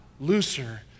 looser